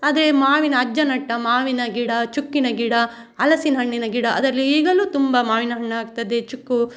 ಆದರೆ ಮಾವಿನ ಅಜ್ಜ ನೆಟ್ಟ ಮಾವಿನ ಗಿಡ ಚುಕ್ಕಿನ ಗಿಡ ಹಲಸಿನ ಹಣ್ಣಿನ ಗಿಡ ಅದರಲ್ಲಿ ಈಗಲೂ ತುಂಬಾ ಮಾವಿನಹಣ್ಣು ಆಗ್ತದೆ ಚುಕ್ಕು